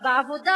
בעבודה,